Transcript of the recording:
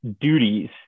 duties